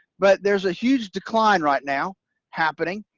but there's a huge decline right now happening.